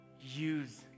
Use